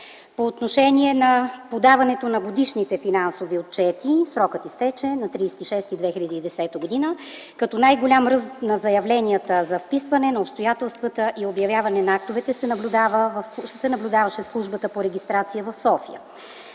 По отношение на подаването на годишните финансови отчети – срокът изтече на 30.06.2010 г. Най-голям ръст на заявленията за вписване на обстоятелствата и обявяване на актовете се наблюдаваше в службата по регистрация в София.